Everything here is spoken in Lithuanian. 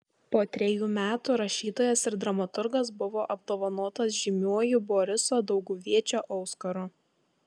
po trejų metų rašytojas ir dramaturgas buvo apdovanotas žymiuoju boriso dauguviečio auskaru